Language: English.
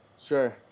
Sure